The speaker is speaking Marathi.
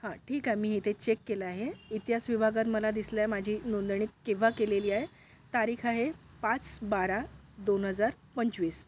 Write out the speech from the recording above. हां ठीक आहे मी इथे चेक केलं आहे इतिहास विभागात मला दिसलं आहे माझी नोंदणी केव्हा केलेली आहे तारीख आहे पाच बारा दोन हजार पंचवीस